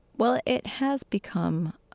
well, it has become